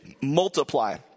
multiply